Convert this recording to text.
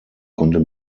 konnte